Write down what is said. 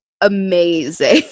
amazing